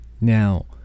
Now